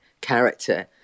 character